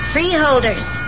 Freeholders